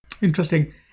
Interesting